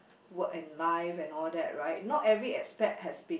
work and life and all that right not every aspect has been